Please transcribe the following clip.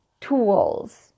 tools